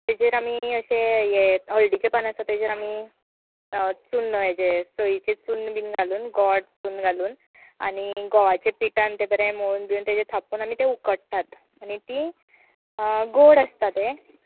तेजेर आमी अशें हें हळदीचें पान आसा तेजेर आमी चून हेजें सयेचें चुन्न बी घालून गोड चुन्न घालून आनी गंवाच्या पिटान तें बरें मळून तेजेर थापून आमी तें उकडटात आनी तीं गोड आसता तें